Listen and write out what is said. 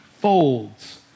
folds